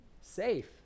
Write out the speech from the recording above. Safe